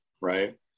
right